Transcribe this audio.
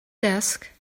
desk